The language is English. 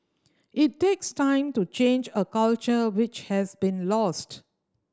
it takes time to change a culture which has been lost